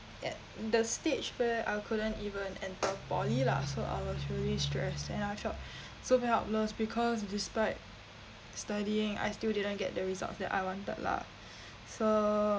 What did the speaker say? at the stage where I couldn't even enter poly lah so I was really stressed and I felt so helpless because despite studying I still didn't get the results that I wanted lah so